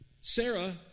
Sarah